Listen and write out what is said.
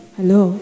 Hello